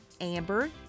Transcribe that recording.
Amber